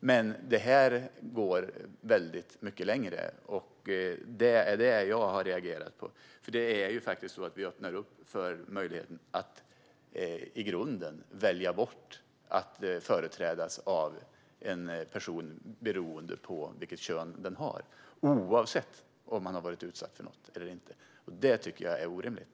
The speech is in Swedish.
Men detta går väldigt mycket längre, och det är det som jag har reagerat på. Det är ju faktiskt så att vi öppnar upp för möjligheten att i grunden välja bort att företrädas av en person beroende på vilket kön den har, oavsett om man har utsatts för något eller inte. Det tycker jag är orimligt.